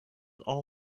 all